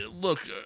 look